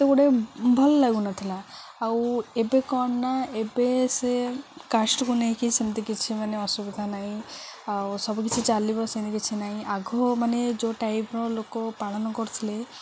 ତ ଗୋଟେ ଭଲ ଲାଗୁନଥିଲା ଆଉ ଏବେ କ'ଣନା ଏବେ ସେ କାଷ୍ଟ୍କୁ ନେଇକି ସେମିତି କିଛି ମାନେ ଅସୁବିଧା ନାହିଁ ଆଉ ସବୁକିଛି ଚାଲିବ ସେମିତି କିଛି ନାହିଁ ଆଗ ମାନେ ଯେଉଁ ଟାଇପ୍ର ଲୋକ ପାଳନ କରୁଥିଲେ